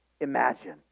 Imagine